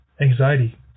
anxiety